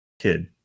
kid